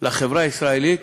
לחברה הישראלית